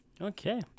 okay